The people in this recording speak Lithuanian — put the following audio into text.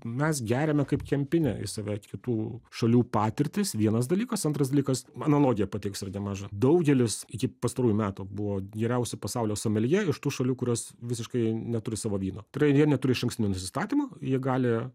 mes geriame kaip kempinė į save kitų šalių patirtis vienas dalykas antras dalykas analogiją pateiksiu irgi mažą daugelis iki pastarųjų metų buvo geriausi pasaulio someljė iš tų šalių kurios visiškai neturi savo vyno tai yra jie neturi išankstinio nusistatymo jie gali